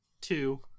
two